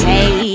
Hey